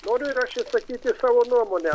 noriu ir aš išsakyti savo nuomonę